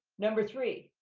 number three,